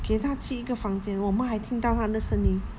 给他去一个房间我们还听到他的声音